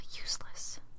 useless